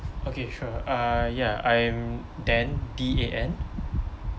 okay sure uh ya I am dan D A N